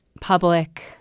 public